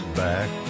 back